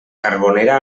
carbonera